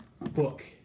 book